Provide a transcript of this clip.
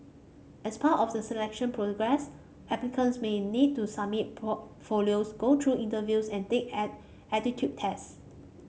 as part of the selection process applicants may need to submit portfolios go through interviews and take add aptitude tests